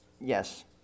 Yes